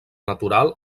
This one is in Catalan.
natural